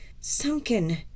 sunken